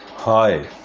Hi